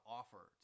offer